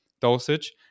dosage